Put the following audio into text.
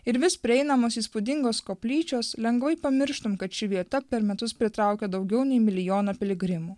ir vis prieinamos įspūdingos koplyčios lengvai pamirštum kad ši vieta per metus pritraukia daugiau nei milijoną piligrimų